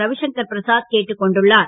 ரவி சங்கர் பிரசாத் கேட்டுக்கொண்டுள்ளார்